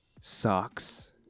socks